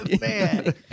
Man